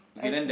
okay